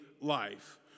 life